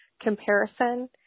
comparison